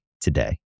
today